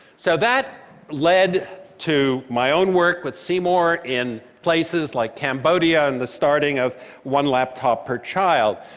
so that led to my own work with seymour in places like cambodia and the starting of one laptop per child.